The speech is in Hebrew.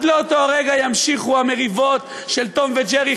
עד לאותו רגע ימשיכו המריבות של טום וג'רי,